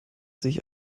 sich